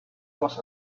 was